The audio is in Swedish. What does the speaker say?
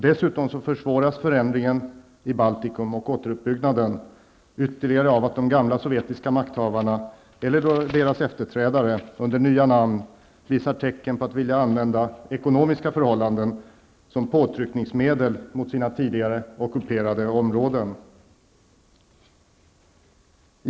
Dessutom försvåras förändringen och återuppbyggnaden i Baltikum ytterligare av att de gamla sovjetiska makthavarna eller deras efterträdare under nya namn visar tecken på att vilja använda ekonomiska förhållanden som påtryckningsmedel mot de tidigare ockuperade områdena.